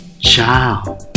Ciao